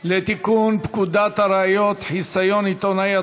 לתקון פקודת הראיות (חיסיון עיתונאי),